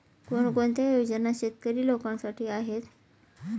कोणकोणत्या योजना शेतकरी लोकांसाठी आहेत?